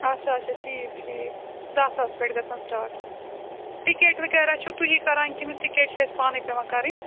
اَچھا اَچھا ٹھیٖک ٹھیٖک دَہ ساس پٮ۪ٹھ گژھان سِٹاٹ ٹِکٹ وغیرہ چھِو تُہی کَران کِنہٕ ٹِکٹ چھِ اَسہِ پانَے پٮ۪وان کَرٕنۍ